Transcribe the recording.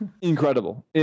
incredible